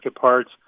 parts